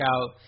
out